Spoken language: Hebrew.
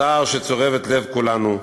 צער שצורב את לב כולנו,